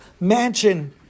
mansion